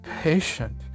patient